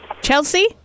Chelsea